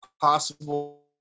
possible